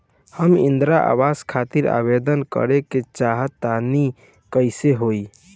हम इंद्रा आवास खातिर आवेदन करे क चाहऽ तनि कइसे होई?